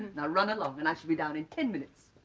now run along and i shall be down in ten minutes.